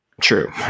true